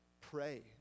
pray